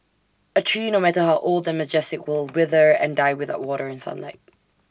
A tree no matter how old and majestic will wither and die without water and sunlight